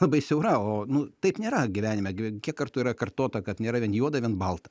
labai siaura o nu taip nėra gyvenime kiek kartų yra kartota kad nėra vien juoda vien balta